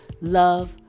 love